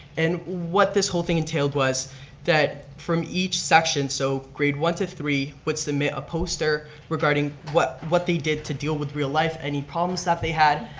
and what this whole thing entailed was that from each section, so grade one to three would submit a poster regarding what what they did to deal with real life, any problems that they had,